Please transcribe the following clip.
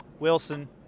Wilson